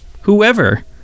whoever